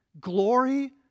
Glory